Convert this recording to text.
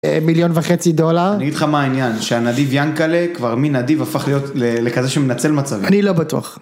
מיליון וחצי דולר אני אגיד לך מה העניין שהנדיב ינקלה כבר מנדיב הפך להיות לכזה שמנצל מצבים, אני לא בטוח